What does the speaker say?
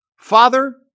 Father